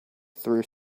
through